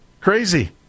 crazy